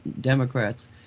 Democrats